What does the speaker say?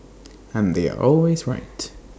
and they are always right